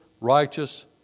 righteous